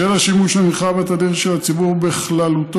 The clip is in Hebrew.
בשל השימוש הנרחב והתדיר של הציבור בכללותו